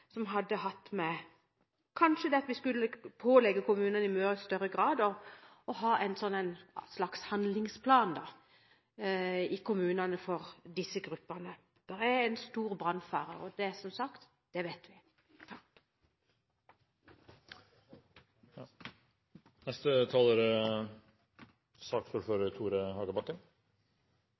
kanskje skulle pålegge kommunene i mye større grad å ha en slags handlingsplan i kommunene for disse gruppene. Det er stor brannfare, og, som sagt, det vet vi. Det siste som Åse Michaelsen tok opp, er